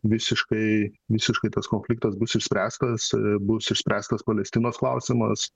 visiškai visiškai tas konfliktas bus išspręstas bus išspręstas palestinos klausimas